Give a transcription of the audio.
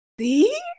see